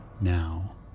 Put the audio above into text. now